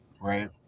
right